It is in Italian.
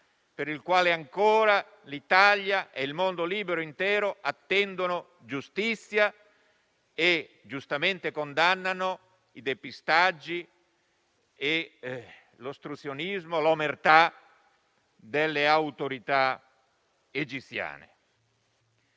per il quale ancora l'Italia e il mondo libero intero attendono giustizia e giustamente condannano i depistaggi, l'ostruzionismo, l'omertà delle autorità egiziane.